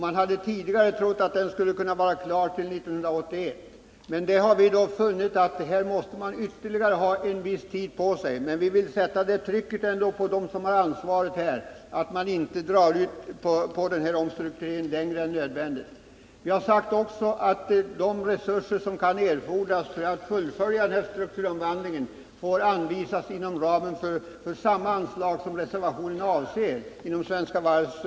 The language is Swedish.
Man trodde tidigare att den skulle kunna vara klar till 1981. Vi har dock funnit att man måste ha ytterligare tid på sig, men vi vill sätta tryck på de ansvariga så att man inte drar ut på omstruktureringen längre än nödvändigt. De resurser som kan erfordras för att fullfölja denna strukturomvandling anser vi får anvisas från samma anslag som reservanterna anger, dvs. Svenska Varvs.